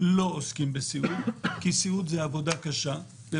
זה התחיל במרץ 2020,